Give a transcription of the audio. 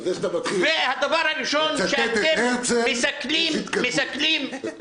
זה שאתה מתחיל לצטט את הרצל, זה התקדמות.